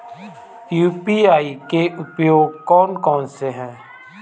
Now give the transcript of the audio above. UPI के उपयोग कौन कौन से हैं?